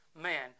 man